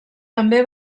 també